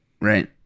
Right